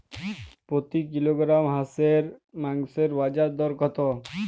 প্রতি কিলোগ্রাম হাঁসের মাংসের বাজার দর কত?